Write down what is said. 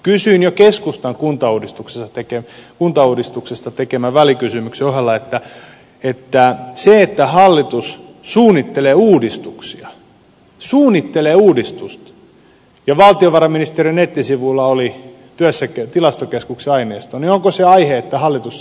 kysyin jo keskustan kuntauudistuksesta tekemän välikysymyksen kohdalla onko se että hallitus suunnittelee uudistusta ja se että valtiovarainministeriön nettisivuilla oli tilastokeskuksen työssäkäyntiaineisto aihe että hallitus saa kaatua